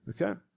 Okay